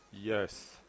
yes